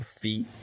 feet